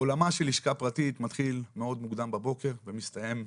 עולמה של לשכה פרטית מתחיל מאוד מוקדם בבוקר ומסתיים,